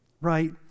right